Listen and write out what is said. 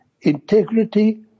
integrity